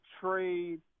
trade